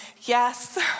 Yes